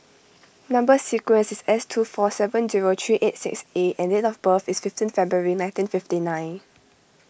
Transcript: Number Sequence is S two four seven zero three eight six A and date of birth is fifteen February nineteen fifty nine